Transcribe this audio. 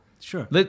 sure